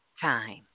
time